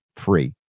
free